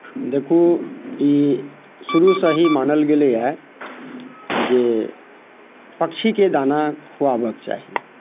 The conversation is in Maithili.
देखू ई शुरूसँ ही मानल गेलैए जे पक्षीकेँ दाना खुआबक चाही